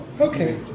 okay